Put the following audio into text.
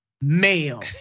male